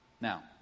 Now